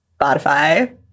Spotify